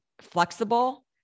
flexible